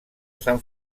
sant